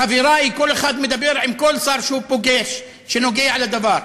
חברי, כל אחד מדבר עם כל שר שהוא פוגש שנוגע בדבר.